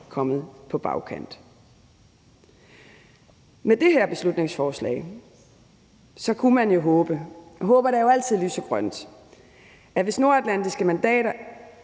kommet på bagkant. Med det her beslutningsforslag kunne man jo håbe, og håbet er altid lysegrønt, at hvis de nordatlantiske mandater